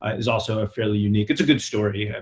ah is also ah fairly unique. it's a good story,